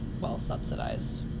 well-subsidized